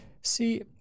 See